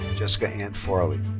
jessica ann farley.